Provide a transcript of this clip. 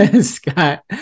Scott